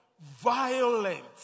violent